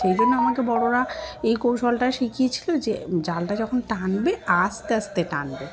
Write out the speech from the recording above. সেই জন্য আমাকে বড়োরা এই কৌশলটা শিখিয়েছিল যে জালটা যখন টানবে আস্তে আস্তে টানবে